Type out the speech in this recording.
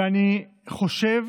ואני חושב